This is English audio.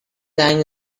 tang